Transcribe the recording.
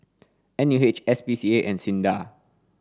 N U H S P C A and SINDA